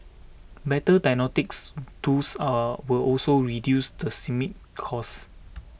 better diagnostics tools are will also reduce the systemic cost